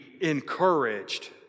encouraged